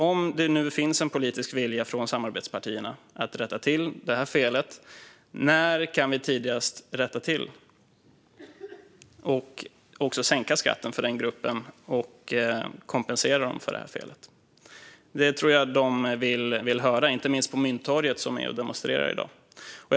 Om det nu finns en politisk vilja från samarbetspartierna att rätta till detta fel, när kan vi då tidigast rätta till det och också sänka skatten för denna grupp och kompensera den för detta fel? Det tror jag att dessa människor vill höra, och inte minst de som står och demonstrerar på Mynttorget i dag.